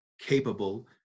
capable